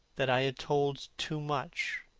that i had told too much,